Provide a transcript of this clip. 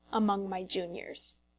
among my juniors.